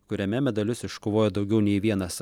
kuriame medalius iškovojo daugiau nei vienas